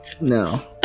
No